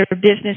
business